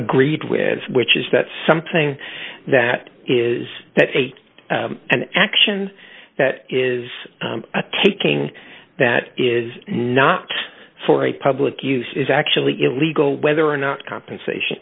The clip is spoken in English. agreed with which is that something that is that a an action that is taking that is not for a public use is actually illegal whether or not compensation